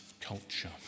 culture